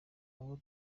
abo